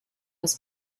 was